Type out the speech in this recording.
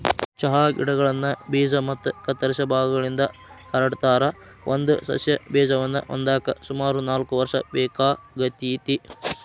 ಚಹಾ ಗಿಡಗಳನ್ನ ಬೇಜ ಮತ್ತ ಕತ್ತರಿಸಿದ ಭಾಗಗಳಿಂದ ಹರಡತಾರ, ಒಂದು ಸಸ್ಯ ಬೇಜವನ್ನ ಹೊಂದಾಕ ಸುಮಾರು ನಾಲ್ಕ್ ವರ್ಷ ಬೇಕಾಗತೇತಿ